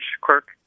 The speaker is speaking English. quirk